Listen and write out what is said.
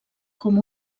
com